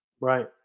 Right